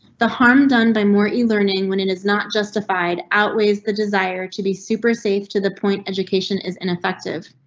the harm done by more elearning when it is not justified outweighs the desire to be super safe to the point. education is ineffective.